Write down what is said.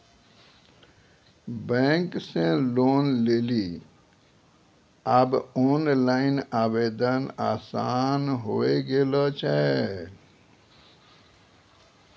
bank से loan लेली आब ओनलाइन आवेदन आसान होय गेलो छै